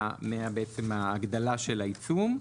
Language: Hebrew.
מההגדלה של העיצום.